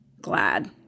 glad